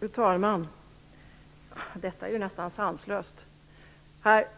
Herr talman! Detta är nästan sanslöst!